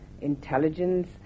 intelligence